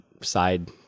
side